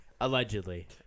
Allegedly